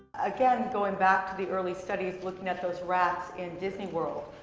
again, going back to the early studies looking at those rats in disney world,